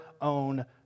own